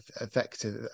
effective